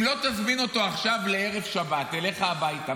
אם לא תזמין אותו עכשיו לערב שבת אליך הביתה,